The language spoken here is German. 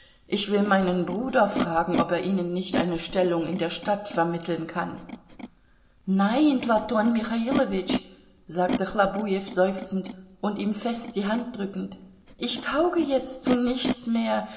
ich will meinen bruder fragen ob er ihnen nicht eine stellung in der stadt vermitteln kann nein platon michailowitsch sagte chlobujew seufzend und ihm fest die hand drückend ich tauge jetzt zu nichts mehr